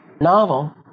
novel